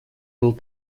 был